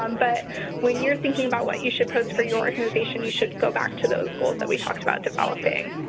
um but when you're thinking about what you should post for your organization, you should go back to those goals that we talked about developing.